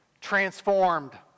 transformed